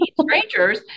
strangers